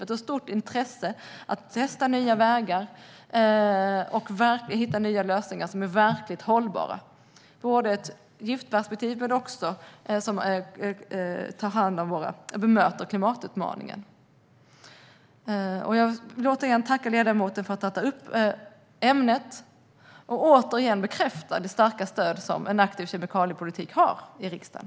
Det finns ett stort intresse att testa nya vägar och hitta nya lösningar som är verkligt hållbara, både i fråga om ett giftperspektiv och i fråga om att bemöta klimatutmaningen. Jag vill återigen tacka ledamoten för att han har tagit upp ämnet och bekräftar det starka stöd som en aktiv kemikaliepolitik har i riksdagen.